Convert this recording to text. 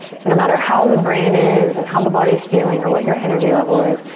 so no matter how the brain is and how the body's feeling or what your energy level is,